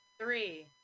Three